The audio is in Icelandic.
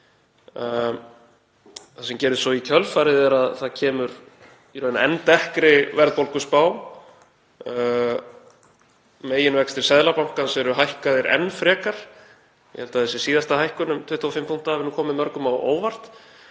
Það sem gerðist svo í kjölfarið er að það kemur í raun enn dekkri verðbólguspá og meginvextir Seðlabankans eru hækkaðir enn frekar. Ég held að þessi síðasta hækkun um 25 punkta hafi komið mörgum á óvart.